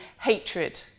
hatred